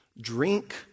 drink